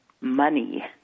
money